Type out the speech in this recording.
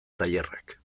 tailerrak